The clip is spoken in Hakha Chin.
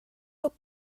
tuk